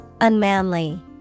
Unmanly